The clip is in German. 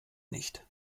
nicht